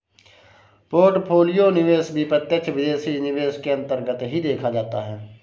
portfolio निवेश भी प्रत्यक्ष विदेशी निवेश के अन्तर्गत ही देखा जाता है